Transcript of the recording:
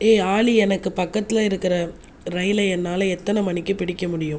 ஏய் ஆலி எனக்கு பக்கத்தில் இருக்கிற ரயிலை என்னால் எத்தனை மணிக்கு பிடிக்க முடியும்